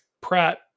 Pratt